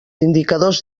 indicadors